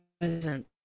present